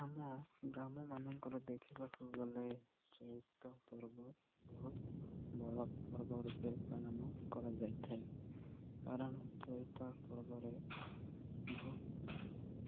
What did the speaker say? ଆମ ଗ୍ରାମ ମାନଙ୍କର ଦେଖିବାକୁ ଗଲେ ଚଇତ ପର୍ବ ବହୁତ ବଡ଼ ପର୍ବ ରୂପେ ପାଳନ କରାଯାଇଥାଏ କାରଣ ଚଇତ ପର୍ବରେ ବହୁତ